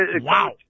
Wow